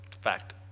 Fact